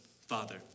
Father